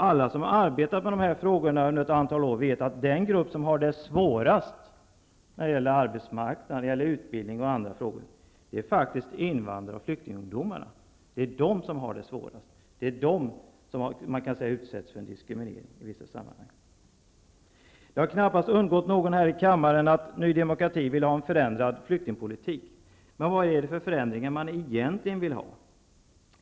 Alla som under ett antal år har arbetat med de här frågorna vet att den grupp som har det svårast i fråga om arbetsmarknaden och utbildning är faktiskt invandrar och flyktingungdomarna. Det är de som kan sägas vara utsatta för diskriminering i vissa sammanhang. Det har knappast undgått någon här i kammaren att Ny demokrati vill ha en förändrad flyktingpolitik. Men vad är det för förändringar man egentligen vill ha?